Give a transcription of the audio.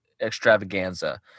extravaganza